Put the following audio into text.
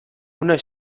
una